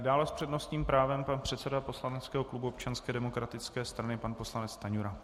Dále s přednostním právem pan předseda poslaneckého klubu Občanské demokratické strany pan poslanec Stanjura.